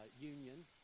union